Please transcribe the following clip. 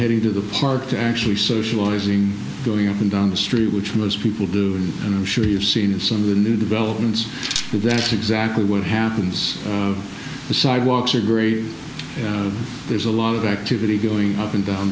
heading to the park to actually socializing going up and down the street which most people do and i'm sure you've seen some of the new developments that's exactly what happens on the sidewalks are great there's a lot of activity going up and down